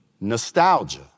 nostalgia